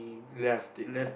lefted